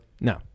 No